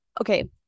okay